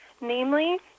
Namely